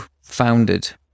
founded